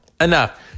enough